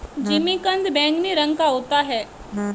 जिमीकंद बैंगनी रंग का होता है